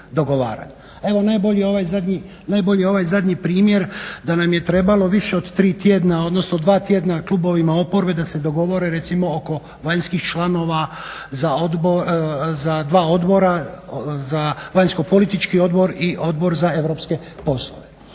Evo, najbolji je ovaj zadnji primjer da nam je trebalo više od 3 tjedna, odnosno 2 tjedna klubovima oporbe da se dogovore recimo oko vanjskih članova za dva odbora, za Vanjsko politički odbor i Odbor za europske poslove.